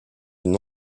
une